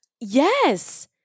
Yes